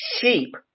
sheep